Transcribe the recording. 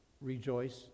rejoice